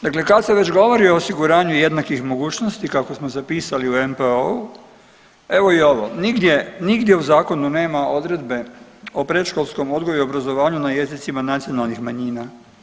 Dakle, kad se već govori o osiguranju jednakih mogućnosti kako smo zapisali u NPOO-u evo i ovo, nigdje, nigdje u zakonu nema odredbe o predškolskom odgoju i obrazovanju na jezicima nacionalnih manjina.